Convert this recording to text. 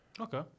Okay